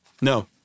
No